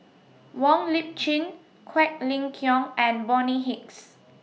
Wong Lip Chin Quek Ling Kiong and Bonny Hicks